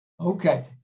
Okay